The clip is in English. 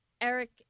Eric